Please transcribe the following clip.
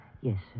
yes